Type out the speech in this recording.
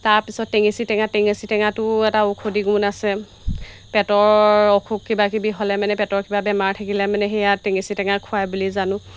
তাৰপিছত টেঙেচি টেঙা টেঙেচি টেঙাতো এটা ঔষধি গুণ আছে পেটৰ অসুখ কিবাকিবি হ'লে মানে পেটৰ কিবা বেমাৰ থাকিলে মানে সেয়া টেঙেচি টেঙা খোৱাই বুলি জানোঁ